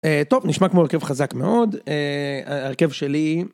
טוב, נשמע כמו הרכב חזק מאוד, ההרכב שלי.